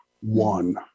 one